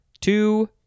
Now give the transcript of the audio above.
two